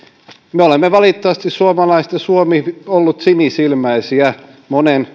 me olemme valitettavasti suomalaiset ja suomi olleet sinisilmäisiä monen